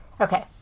Okay